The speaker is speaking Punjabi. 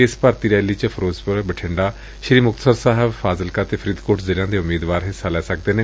ਇਸ ਭਰਤੀ ਰੈਲੀ ਵਿਚ ਫਿਰੋਜ਼ਪੁਰ ਬਠਿੰਡਾ ਸ੍ਰੀ ਮੁਕਤਸਰ ਸਾਹਿਬ ਫ਼ਾਜ਼ਿਲਕਾ ਅਤੇ ਫ਼ਰੀਦਕੋਟ ਜ਼ਿਲ੍ਹਿਆਂ ਦੇ ਉਮੀਦਵਾਰ ਭਾਗ ਲੈ ਸਕਦੇ ਨੇ